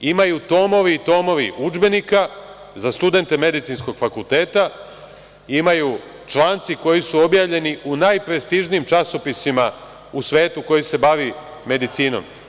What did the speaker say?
Imaju tomovi i tomovi udžbenika za studente Medicinskog fakulteta, imaju članci koji su objavljeni u najprestižniji časopisima u svetu koji se bave medicinom.